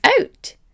out